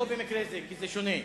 לא במקרה זה, כי זה שונה.